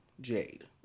Jade